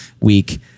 week